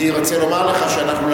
אני רוצה לומר לך שאנחנו,